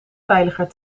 veiliger